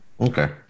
Okay